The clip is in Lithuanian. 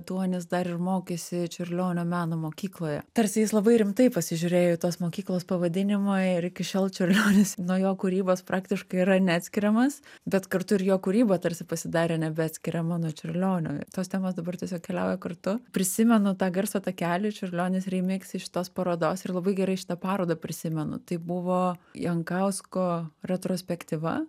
duonis dar ir mokėsi čiurlionio meno mokykloje tarsi jis labai rimtai pasižiūrėjo į tos mokyklos pavadinimą ir iki šiol čiurlionis nuo jo kūrybos praktiškai yra neatskiriamas bet kartu ir jo kūryba tarsi pasidarė nebeatskiriama nuo čiurlionio tos temos dabar tiesiog keliauja kartu prisimenu tą garso takelį čiurlionis remiks iš šitos parodos ir labai gerai šitą parodą prisimenu tai buvo jankausko retrospektyva